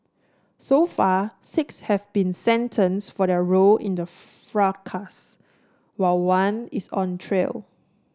so far six have been sentenced for their role in the fracas while one is on trial